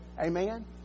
Amen